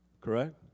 Correct